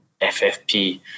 FFP